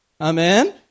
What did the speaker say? Amen